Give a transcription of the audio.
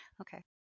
Okay